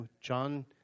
John